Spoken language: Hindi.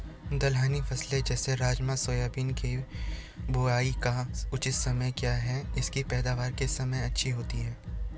दलहनी फसलें जैसे राजमा सोयाबीन के बुआई का उचित समय क्या है इसकी पैदावार किस समय अच्छी होती है?